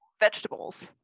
vegetables